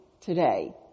today